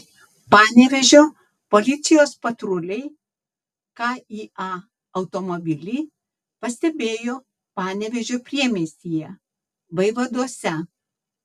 panevėžio policijos patruliai kia automobilį pastebėjo panevėžio priemiestyje vaivaduose